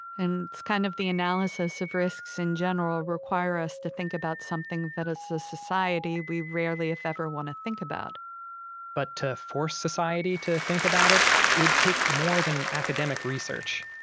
and it's kind of the analysis of risks, in general, require us to think about something that as a society we rarely, if ever, want to think about but to force society to think about it would take more than academic research.